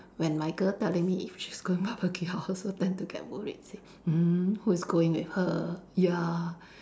when my girl telling me if she's going barbecue I also tend to get worried mm who is going with her ya